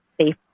safe